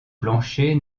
plancher